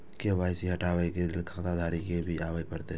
KYC हटाबै के लैल खाता धारी के भी आबे परतै?